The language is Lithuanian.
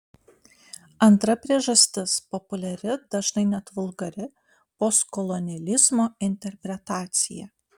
antra priežastis populiari dažnai net vulgari postkolonializmo interpretacija